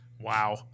Wow